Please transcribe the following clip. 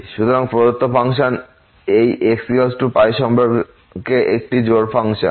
সুতরাং প্রদত্ত ফাংশন এই xπ সম্পর্কে একটি জোড় ফাংশন